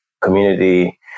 community